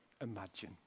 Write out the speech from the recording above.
imagine